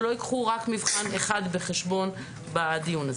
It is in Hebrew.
ולא ייקחו רק מבחן אחד בחשבון בדיון הזה.